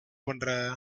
பண்ற